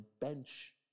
bench